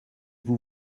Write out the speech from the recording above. vous